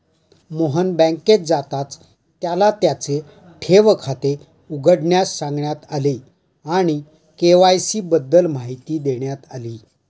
मोहन बँकेत जाताच त्याला त्याचे ठेव खाते उघडण्यास सांगण्यात आले आणि के.वाय.सी बद्दल माहिती देण्यात आली